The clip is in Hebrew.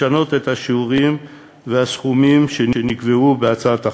לשנות את השיעורים והסכומים שנקבעו בהצעת החוק.